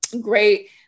great